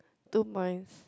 two points